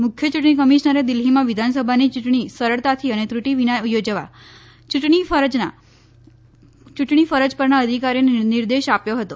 મુખ્ય ચૂંટણી કમિશનરે દિલ્ફીમાં વિધાનસભાની ચૂંટણી સરળતાથી અને ત્રૃટિ વિના યોજવા ચૂંટણી ફરજના પરના અધિકારીઓને નિર્દેશ આપ્યો હતો